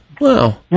Wow